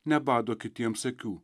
nebado kitiems akių